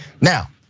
Now